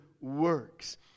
works